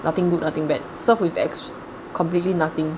nothing good nothing bad served with ext~ completely nothing